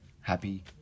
happy